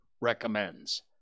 recommends